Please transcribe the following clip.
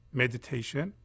meditation